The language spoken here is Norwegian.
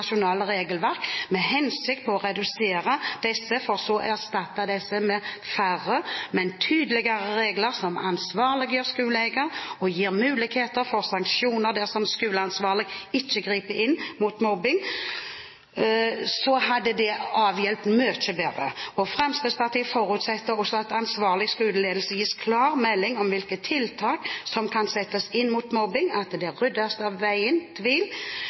regelverk i den hensikt å redusere dem for så å erstatte dem med færre, men tydeligere regler som ansvarliggjør skoleeier og gir muligheter for sanksjoner dersom skoleansvarlig ikke griper inn mot mobbing, hadde hjulpet mye. Fremskrittspartiet forutsetter også at ansvarlig skoleledelse gis klar melding om hvilke tiltak som kan settes inn mot mobbing, slik at tvil ryddes av veien.